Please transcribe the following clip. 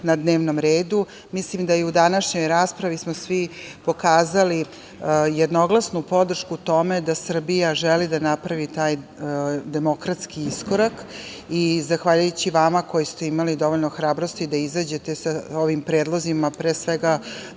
na dnevnom redu. Mislim da i u današnjoj raspravi smo svi pokazali jednoglasnu podršku tome da Srbija želi da napravi taj demokratski iskorak. Zahvaljujući vama koji ste imali dovoljno hrabrosti da izađete sa ovim predlozima, pre svega